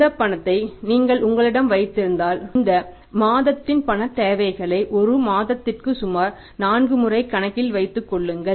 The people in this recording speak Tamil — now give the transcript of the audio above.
இந்த பணத்தை நீங்கள் உங்களிடம் வைத்திருந்தால் இந்த மாதத்தின் பணத் தேவைகளை ஒரு மாதத்திற்கு சுமார் 4 முறை கணக்கில் வைத்துக் கொள்ளுங்கள்